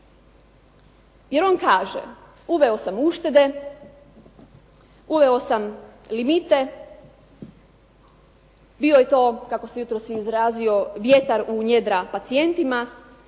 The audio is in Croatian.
Jer on kaže, uveo sam uštede, uveo sam limite, bio je to kako se jutros izrazio vjetar u njedra pacijentima